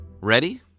ready